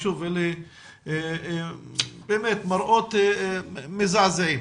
אלה באמת מראות מזעזעים